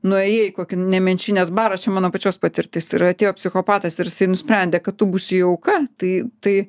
nuėjai į kokį nemenčinės barą čia mano pačios patirtis ir atėjo psichopatas ir jis nusprendė kad tu būsi jo auka tai tai